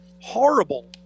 horrible